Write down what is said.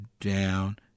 down